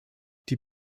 die